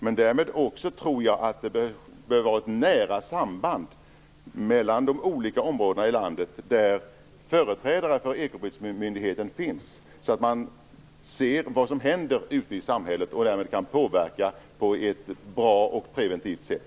Men jag tror också att det bör vara ett nära samband mellan de olika områden i landet där företrädare för ekobrottsmyndigheten finns, så att man ser vad som händer ute i samhället och därmed kan påverka på ett preventivt sätt.